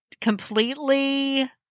completely